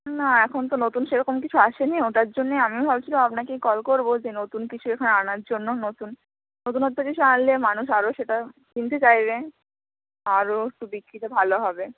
না এখন তো নতুন সে রকম কিছু আসে নি ওটার জন্যই আমিও ভাবছি আপনাকেই কল করবো যে নতুন কিছু এখানে আনার জন্য নতুন নতুনত্ব কিছু আনলে মানুষ আরও সেটা কিনতে চাইবে আরও একটু বিক্রিটা ভালো হবে